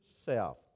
self